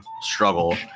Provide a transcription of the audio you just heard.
struggle